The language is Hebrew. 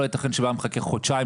החבר'ה האלה יושבים פה לידי,